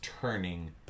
turning